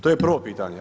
To je prvo pitanje.